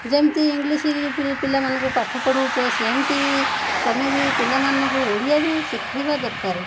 ଯେମିତି ଇଂଲିଶ ପିଲାମାନଙ୍କୁ ପାଠ ପଢ଼ଉଛ ସେମିତି ବି ତମେ ବି ପିଲାମାନଙ୍କୁ ଓଡ଼ିଆ ବି ଶିଖେଇବା ଦରକାରେ